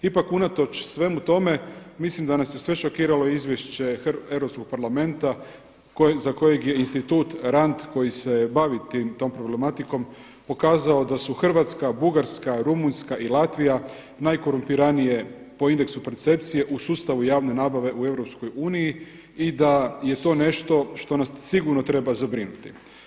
Ipak, unatoč svemu tome mislim da nas je sve šokiralo Izvješće Europskog parlamenta za kojeg je Institut RAND koji se bavi tom problematikom pokazao da su Hrvatska, Bugarska, Rumunjska i Latvija najkorumpiranije po indeksu percepcije u sustavu javne nabave u Europskoj uniji i da je to nešto što nas sigurno treba zabrinuti.